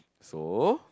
so